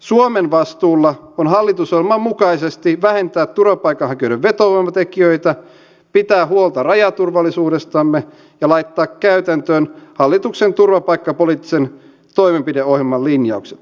suomen vastuulla on hallitusohjelman mukaisesti vähentää turvapaikanhakijoiden vetovoimatekijöitä pitää huolta rajaturvallisuudestamme ja laittaa käytäntöön hallituksen turvapaikkapoliittisen toimenpideohjelman linjaukset